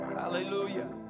hallelujah